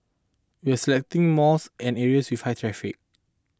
we are selecting malls and areas with high traffic